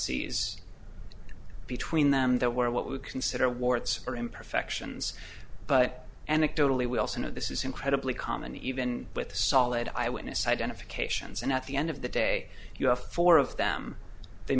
is between them that were what we consider warts or imperfections but anecdotally we also know this is incredibly common even with a solid eyewitness identifications and at the end of the day you have four of them they